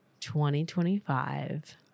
2025